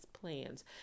plans